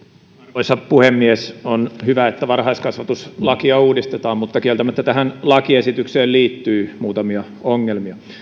arvoisa puhemies on hyvä että varhaiskasvatuslakia uudistetaan mutta kieltämättä tähän lakiesitykseen liittyy muutamia ongelmia